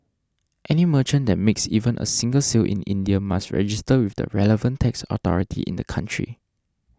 any merchant that makes even a single sale in India must register with the relevant tax authority in the country